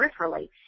peripherally